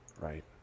right